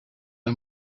een